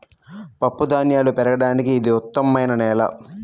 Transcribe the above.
పప్పుధాన్యాలు పెరగడానికి ఇది ఉత్తమమైన నేల